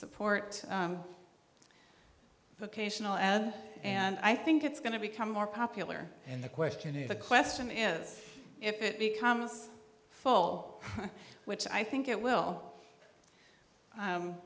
support the occasional ad and i think it's going to become more popular and the question is the question is if it becomes full which i think it will